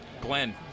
Glenn